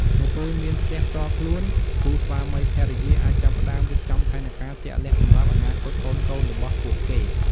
នៅពេលមានផ្ទះផ្ទាល់ខ្លួន គូស្វាមីភរិយាអាចចាប់ផ្ដើមរៀបចំផែនការជាក់លាក់សម្រាប់អនាគតកូនៗរបស់ពួកគេ។